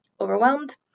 Overwhelmed